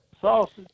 sausage